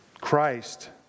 Christ